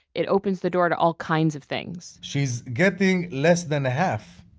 it opens the door to all kinds of things she is getting less than half.